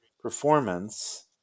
performance